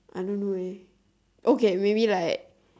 I don't know eh okay maybe like